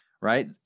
right